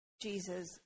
Jesus